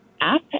app